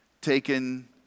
taken